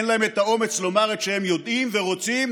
אין להם האומץ לומר את שהם יודעים ורוצים,